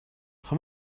how